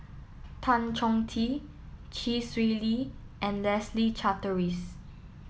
Tan Chong Tee Chee Swee Lee and Leslie Charteris